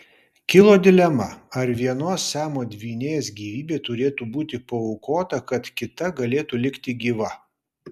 kilo dilema ar vienos siamo dvynės gyvybė turėtų būti paaukota kad kita galėtų likti gyva